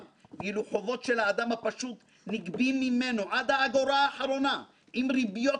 ואילו חובות של האדם הפשוט נגבים ממנו עד האגורה האחרונה עם ריביות